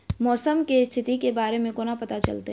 मौसम केँ स्थिति केँ बारे मे कोना पत्ता चलितै?